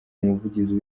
umuvugizi